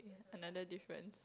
another different